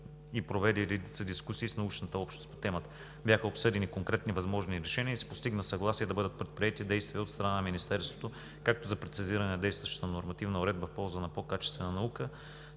и проведе редица дискусии с научната общност по темата. Бяха обсъдени конкретни възможни решения и се постигна съгласие да бъдат предприети действия от страна на Министерството както за прецизиране на действащата нормативна уредба в полза на по-качествена наука,